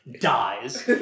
dies